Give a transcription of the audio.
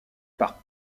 par